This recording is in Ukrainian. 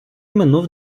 минув